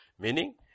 meaning